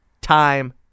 time